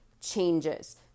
changes